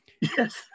Yes